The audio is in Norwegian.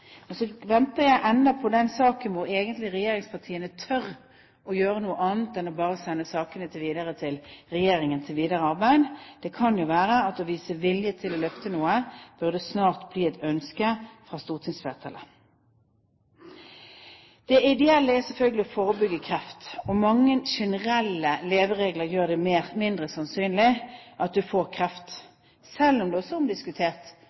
Men det er ulike politiske syn på hvordan vi skal sikre bedre helsetjenester, og dette reflekteres også i innstillingen. Og så venter jeg ennå på den saken hvor regjeringspartiene tør å gjøre noe annet enn bare å sende sakene til regjeringen for videre arbeid. Det kan jo være at det å vise vilje til å løfte noe snart burde bli et ønske fra stortingsflertallet. Det ideelle er selvfølgelig å forebygge kreft. Mange generelle leveregler gjør det mindre sannsynlig at